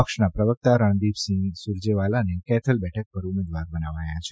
પક્ષના પ્રવક્તા રણદીપસિંહ સુરજેવાલાને કૈથલ બેઠક પર ઉમેદવાર બનાવાયા છે